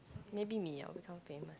maybe me I will become famous